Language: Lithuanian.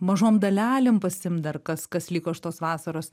mažom dalelėm pasiimt dar kas kas liko iš tos vasaros